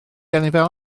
anifail